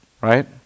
right